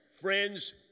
friends